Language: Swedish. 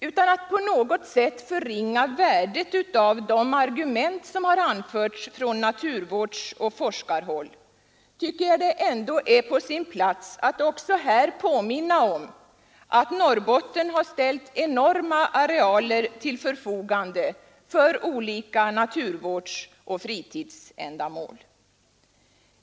Utan att på något sätt förringa värdet av de argument som anförs från naturvårdsoch forskarhåll tycker jag det är på sin plats att också här påminna om att Norrbotten har ställt enorma arealer till förfogande för olika naturvårdsoch fritidsändamål.